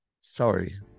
sorry